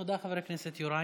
תודה, חבר הכנסת יוראי.